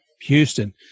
Houston